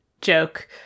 joke